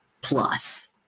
plus